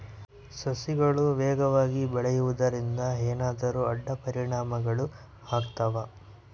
ಸಸಿಗಳು ವೇಗವಾಗಿ ಬೆಳೆಯುವದರಿಂದ ಏನಾದರೂ ಅಡ್ಡ ಪರಿಣಾಮಗಳು ಆಗ್ತವಾ?